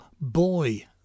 boy